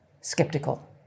skeptical